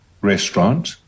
restaurant